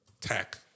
tech